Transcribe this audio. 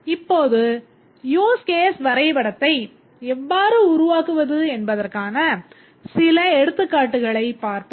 இப்போது use case வரைபடத்தை எவ்வாறு உருவாக்குவது என்பதற்கான சில எடுத்துக்காட்டுகளைப் பார்ப்போம்